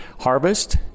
harvest